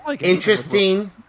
interesting